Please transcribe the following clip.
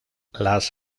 las